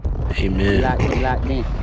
amen